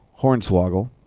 Hornswoggle